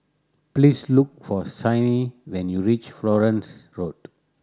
please look for Signe when you reach Florence Road